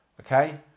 Okay